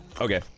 Okay